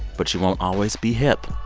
but you won't always be hip.